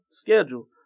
schedule